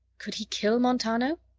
could he kill montano?